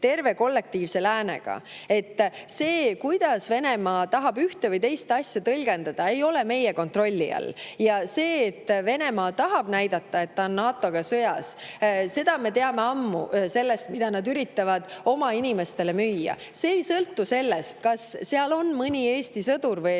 terve kollektiivse läänega. See, kuidas Venemaa tahab ühte või teist asja tõlgendada, ei ole meie kontrolli all. Ja seda, et Venemaa tahab näidata, et ta on NATO‑ga sõjas, teame me ammu sellest, mida nad üritavad oma inimestele müüa. See ei sõltu sellest, kas seal on mõni Eesti sõdur või